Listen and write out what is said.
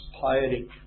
piety